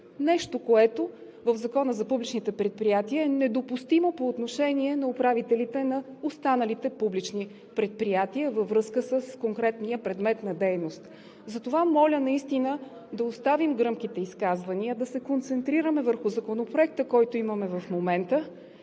нещо, което в Закона за публичните предприятия е недопустимо по отношение на управителите на останалите публични предприятия, във връзка с конкретния предмет на дейност. Затова моля наистина да оставим гръмките изказвания, да се концентрираме върху Законопроекта, който имаме в момента,